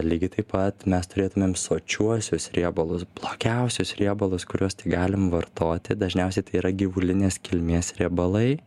lygiai taip pat mes turėtumėm sočiuosius riebalus blogiausius riebalus kuriuos galim vartoti dažniausiai tai yra gyvulinės kilmės riebalai